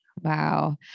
Wow